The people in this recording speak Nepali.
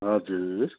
हजुर